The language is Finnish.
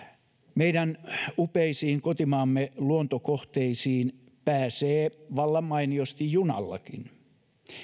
meidän kotimaamme upeisiin luontokohteisiin pääsee vallan mainiosti junallakin